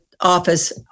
Office